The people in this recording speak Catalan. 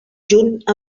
junt